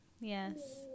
yes